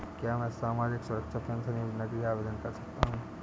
क्या मैं सामाजिक सुरक्षा पेंशन योजना के लिए आवेदन कर सकता हूँ?